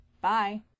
Bye